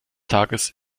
tages